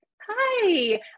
Hi